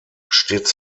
stets